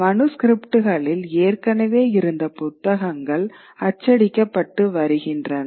மனுஸ்கிரிப்ட்களில் ஏற்கனவே இருந்த புத்தகங்கள் அச்சடிக்கப்பட்டு வருகின்றன